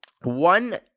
one